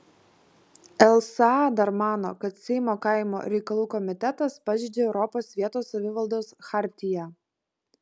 lsa dar mano kad seimo kaimo reikalų komitetas pažeidžia europos vietos savivaldos chartiją